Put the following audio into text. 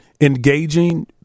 engaging